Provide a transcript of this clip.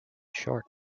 short